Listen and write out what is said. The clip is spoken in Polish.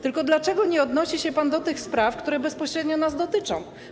Tylko dlaczego nie odnosi się pan do tych spraw, które bezpośrednio nas dotyczą?